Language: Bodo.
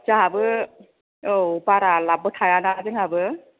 जाहाबो औ बारा लाबबो थाया ना जोंहाबो